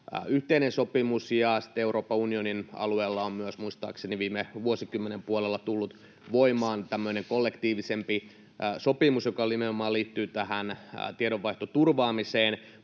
yhteinen sopimus, ja sitten myös Euroopan unionin alueella on muistaakseni viime vuosikymmenen puolella tullut voimaan tämmöinen kollektiivisempi sopimus, joka nimenomaan liittyy tähän tiedonvaihdon turvaamiseen.